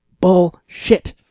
Bullshit